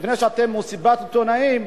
לפני שאתם עושים מסיבת עיתונאים,